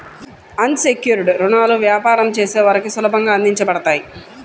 అన్ secured రుణాలు వ్యాపారం చేసే వారికి సులభంగా అందించబడతాయి